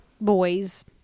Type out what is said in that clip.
boys